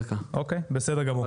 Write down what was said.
אוקי, בסדר גמור.